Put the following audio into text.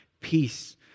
peace